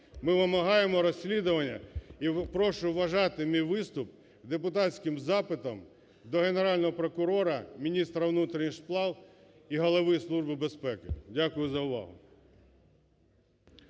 Ми вимагаємо розслідування. І прошу вважати мій виступ депутатським запитом до Генерального прокурора, міністра внутрішніх справ і голови Служби безпеки. Дякую за увагу.